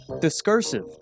discursive